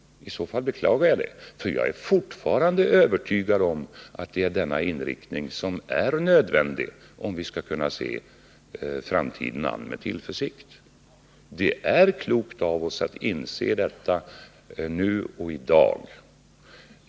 I så fall beklagar jag det, för jag är fortfarande övertygad om att det är den inriktning som kommer till uttryck i regeringens proposition och den socialdemokratiska reservationen, som är nödvändig om vi skall kunna se framtiden an med tillförsikt. Det är klokt av oss att inse detta nu och i dag.